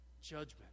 judgment